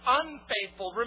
unfaithful